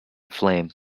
flame